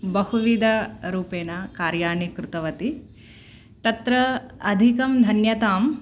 बहुविधरूपेण कार्याणि कृतवति तत्र अधिकं धन्यतां